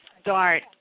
start